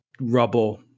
rubble